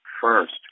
first